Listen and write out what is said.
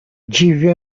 dziwią